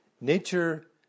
Nature